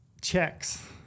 checks